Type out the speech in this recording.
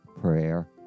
prayer